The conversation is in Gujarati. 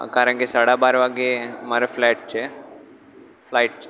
હા કારણ કે સાડા બાર વાગે મારે ફ્લાઇટ છે ફ્લાઇટ છે